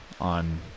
on